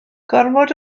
gormod